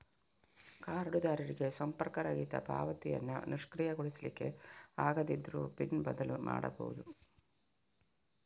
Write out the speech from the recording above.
ಕಾರ್ಡುದಾರರಿಗೆ ಸಂಪರ್ಕರಹಿತ ಪಾವತಿಯನ್ನ ನಿಷ್ಕ್ರಿಯಗೊಳಿಸ್ಲಿಕ್ಕೆ ಆಗದಿದ್ರೂ ಪಿನ್ ಬದಲು ಮಾಡ್ಬಹುದು